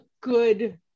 good